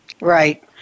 Right